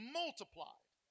multiplied